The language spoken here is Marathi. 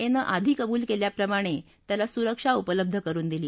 ए नं आधी कबूल कत्याप्रमाण त्याला सुरक्षा उपलब्ध करुन दिली